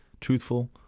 truthful